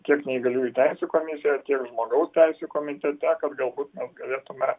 kiek neįgaliųjų teisių komisija tiek žmogaus teisių komitete kad galbūt mes galėtume